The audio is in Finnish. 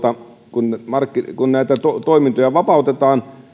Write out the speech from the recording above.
se että kun näitä toimintoja vapautetaan